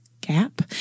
gap